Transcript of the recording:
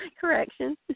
Correction